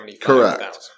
correct